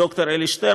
ד"ר אלי שטרן,